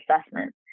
assessment